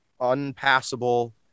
unpassable